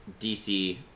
DC